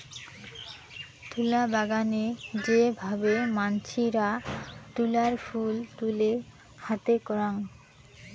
তুলা বাগানে যে ভাবে মানসিরা তুলার ফুল তুলে হাতে করাং